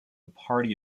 party